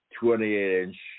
28-inch